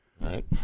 Right